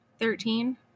Thirteen